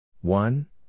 One